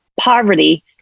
poverty